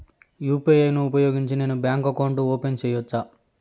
UPI ను ఉపయోగించి నేను బ్యాంకు అకౌంట్ ఓపెన్ సేయొచ్చా?